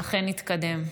אכן התקדם.